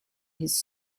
his